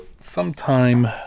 sometime